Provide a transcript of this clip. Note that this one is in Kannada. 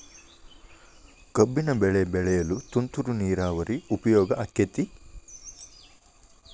ಕಬ್ಬಿನ ಬೆಳೆ ತೆಗೆಯಲು ತುಂತುರು ನೇರಾವರಿ ಉಪಯೋಗ ಆಕ್ಕೆತ್ತಿ?